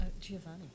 Giovanni